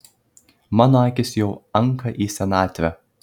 mano akys jau anka į senatvę